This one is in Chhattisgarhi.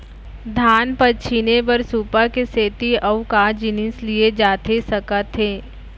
धान पछिने बर सुपा के सेती अऊ का जिनिस लिए जाथे सकत हे?